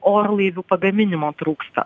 orlaivių pagaminimo trūksta